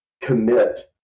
commit